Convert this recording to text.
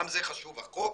גם זה חשוב, החוק